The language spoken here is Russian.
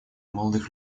молодых